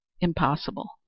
impossible